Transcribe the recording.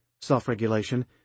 self-regulation